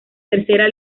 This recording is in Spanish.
tercera